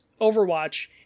Overwatch